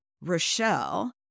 Rochelle